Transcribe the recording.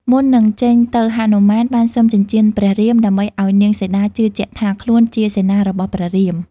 មុននឹង ចេញទៅហនុមានបានសុំចិញ្ចៀនព្រះរាម ដើម្បីឱ្យនាងសីតាជឿជាក់ថា ខ្លួនជាសេនារបស់ ព្រះរាម។